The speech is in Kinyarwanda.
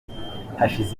hashize